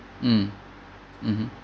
mm mmhmm